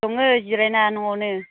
दङो जिरायना न'वावनो